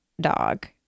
dog